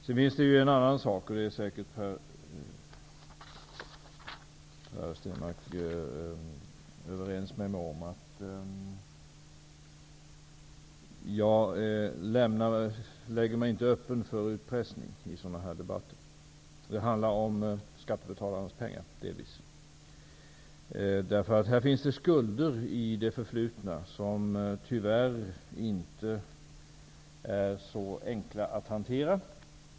Sedan till en annan sak, och här är Per Stenmarck säkert överens med mig. Jag är nämligen inte öppen för utpressning i sådana här debatter. Det handlar ju delvis om skattebetalarnas pengar. Här finns nämligen skulder i det förflutna som det tyvärr inte är så enkelt att hantera.